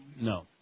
no